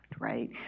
Right